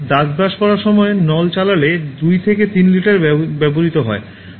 দাঁত ব্রাশ করার সময় নল চালালে দুই থেকে তিন লিটার ব্যবহৃত হয়